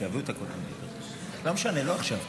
לא משנה, לא עכשיו.